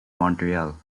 montreal